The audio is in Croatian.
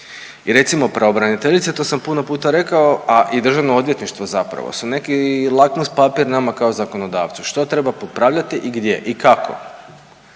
I recimo pravobraniteljica, a i Državno odvjetništvo zapravo su neki lakmus papira nama kao zakonodavcu šta treba popravljati i gdje i kako.